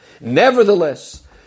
Nevertheless